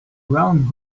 round